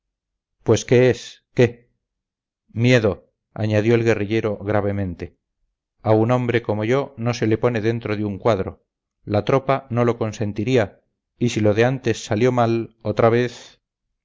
pues qué es qué miedo añadió el guerrillero gravemente a un hombre como yo no se le pone dentro de un cuadro la tropa no lo consentiría y si lo de antes salió mal otra vez